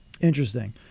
Interesting